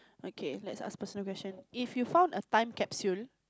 okay let ask personal question if you found a time capsule